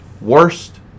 worst